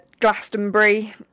Glastonbury